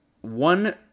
one